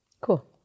cool